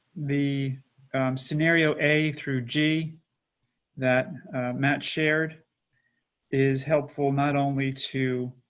the scenario. a through g that matt shared is helpful not only two